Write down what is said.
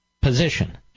position